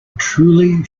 truly